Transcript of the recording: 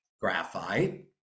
graphite